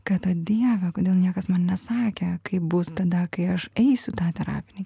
kad o dieve kodėl niekas man nesakė kaip bus tada kai aš eisiu tą terapinį